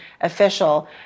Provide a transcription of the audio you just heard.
official